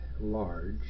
large